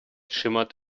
shimmered